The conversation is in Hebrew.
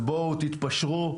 בואו תתפשרו.